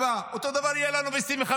ואותו הדבר יהיה לנו ב-2025.